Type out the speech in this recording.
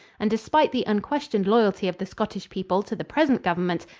and, despite the unquestioned loyalty of the scottish people to the present government,